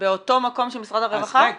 באותו מקום של משרד הרווחה?